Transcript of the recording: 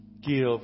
Give